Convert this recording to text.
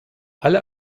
alle